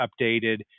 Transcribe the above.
updated